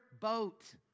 boat